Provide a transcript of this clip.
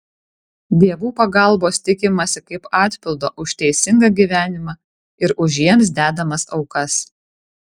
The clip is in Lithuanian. dievų pagalbos tikimasi kaip atpildo už teisingą gyvenimą ir už jiems dedamas aukas